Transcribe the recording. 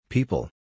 People